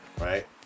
right